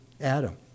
Adam